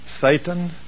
Satan